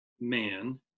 man